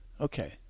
Okay